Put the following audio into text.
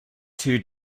two